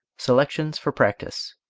selections for practise